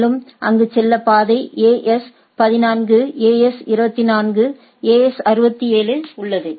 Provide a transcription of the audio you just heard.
மேலும் அங்கு செல்ல பாதை AS 14 AS 23 AS 67 உள்ளது